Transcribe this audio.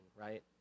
right